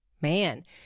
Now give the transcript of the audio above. man